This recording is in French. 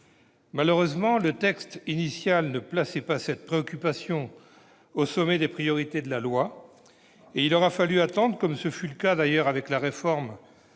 Malheureusement, le texte initial ne plaçait pas cette préoccupation au sommet des priorités du projet de loi et, comme ce fut le cas d'ailleurs avec la réforme